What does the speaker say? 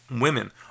women